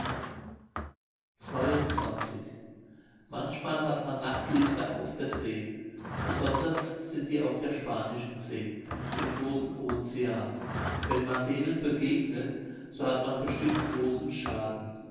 manchmal hat man nachtlichter auf der see besonders sind die auf der spanischen see dem großen ocean wenn man denen begegnet so hat man bestimmt großen schaden